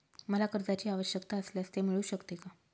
मला कर्जांची आवश्यकता असल्यास ते मिळू शकते का?